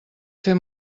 fer